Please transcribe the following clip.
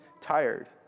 tired